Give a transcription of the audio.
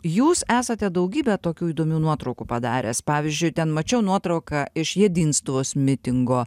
jūs esate daugybę tokių įdomių nuotraukų padaręs pavyzdžiui ten mačiau nuotrauką iš jedinstos mitingo